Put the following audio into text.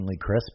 crisp